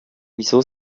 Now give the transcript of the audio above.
wieso